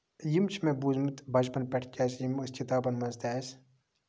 یِم چھِ مےٚ بوٗزمٕتۍ بَچپَن پٮ۪ٹھ کیازِ یِم ٲسۍ کِتابَن منٛز تہِ اَسہِ